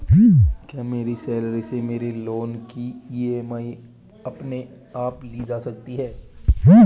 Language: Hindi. क्या मेरी सैलरी से मेरे लोंन की ई.एम.आई अपने आप ली जा सकती है?